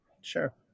Sure